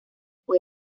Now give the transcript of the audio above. fue